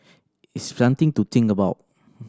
it's something to think about